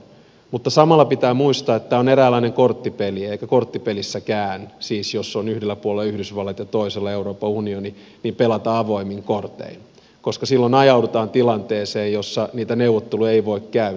mutta samalla pitää muistaa että tämä on eräänlainen korttipeli eikä korttipelissäkään siis jos on yhdellä puolella yhdysvallat ja toisella euroopan unioni pelata avoimin kortein koska silloin ajaudutaan tilanteeseen jossa niitä neuvotteluja ei voi käydä